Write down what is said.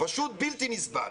פשוט בלתי נסבל.